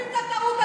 זאת הטעות של בגין.